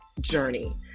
journey